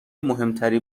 مهمتری